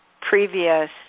previous